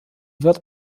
wird